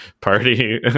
party